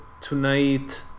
tonight